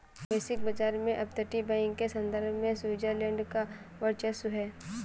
वैश्विक बाजार में अपतटीय बैंक के संदर्भ में स्विट्जरलैंड का वर्चस्व है